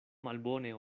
malbone